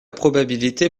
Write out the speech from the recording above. probabilité